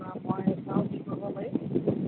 তাৰ পৰা মই চাওঁ মই কি কৰিব পাৰি